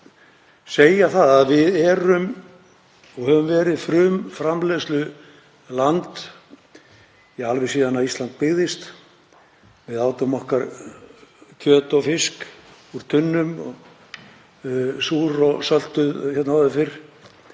segja að við erum og höfum verið frumframleiðsluland alveg síðan Ísland byggðist. Við átum okkar kjöt og fisk úr tunnum, súrt og saltað hérna áður fyrr,